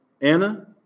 Anna